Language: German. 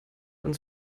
uns